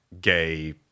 gay